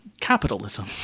capitalism